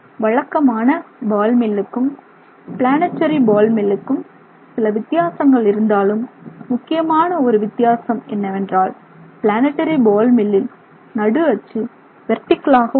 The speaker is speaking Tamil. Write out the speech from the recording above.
வழக்கமான பால் மில்லுக்கும் பிளானெடரி பால் மில்லுக்கும் சில வித்தியாசங்கள் இருந்தாலும் முக்கியமான ஒரு வித்தியாசம் என்னவென்றால் பிளானெடரி பால் மில்லில் நடு அச்சு வெர்ட்டிகளாக உள்ளது